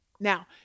Now